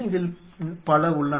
இதில் பல உள்ளன